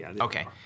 Okay